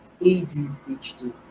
ADHD